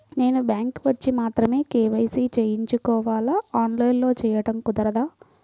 నేను బ్యాంక్ వచ్చి మాత్రమే కే.వై.సి చేయించుకోవాలా? ఆన్లైన్లో చేయటం కుదరదా?